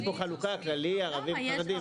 יש פה חלוקה כללי, ערבי וחרדי.